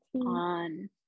on